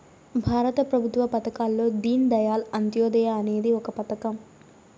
భారత ప్రభుత్వ పథకాల్లో దీన్ దయాళ్ అంత్యోదయ అనేది ఒక పథకం